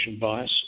bias